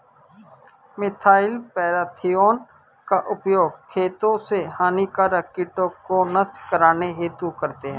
methyl parathion का उपयोग खेतों से हानिकारक कीटों को नष्ट करने हेतु करते है